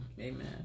Amen